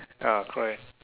ya correct